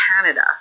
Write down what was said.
Canada